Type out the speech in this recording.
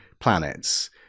planets